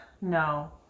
No